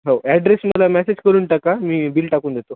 हो ॲड्रेस मला मॅसेज करून टाका मी बिल टाकून देतो